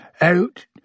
Out